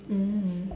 mm